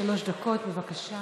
שלוש דקות, בבקשה.